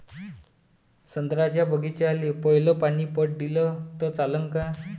संत्र्याच्या बागीचाले पयलं पानी पट दिलं त चालन का?